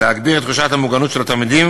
להגביר את תחושת המוגנות של התלמידים